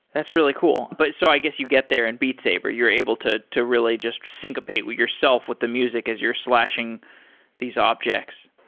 that's really cool. but so i guess you get there and beat saver. you're able to to really just syncopate yourself with the music as you're slashing these objects.